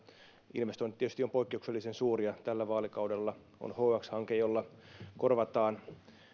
investoinnit ovat tietysti poikkeuksellisen suuria tällä vaalikaudella on hx hanke jolla korvataan